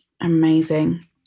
amazing